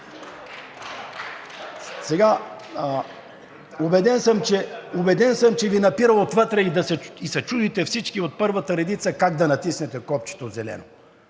Сега, убеден съм, че Ви напира отвътре и се чудите всички от първата редица как да натиснете зеленото